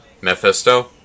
Mephisto